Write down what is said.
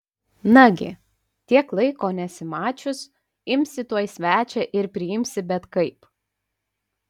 nagi tiek laiko nesimačius imsi tuoj svečią ir priimsi bet kaip